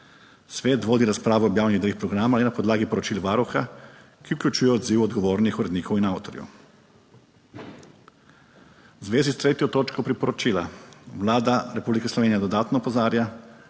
Svet vodi razpravo o objavljenih delih programa le na podlagi poročil varuha, ki vključuje odziv odgovornih urednikov in avtorjev. V zvezi s 3. točko priporočila Vlada Republike Slovenije dodatno opozarja,